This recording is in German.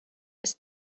ist